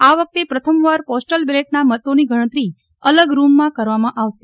આ વખતે પ્રથમવાર પોસ્ટલ બેલેટના મતોની ગણતરી અલગ રુમમાં કરવામાં આવશે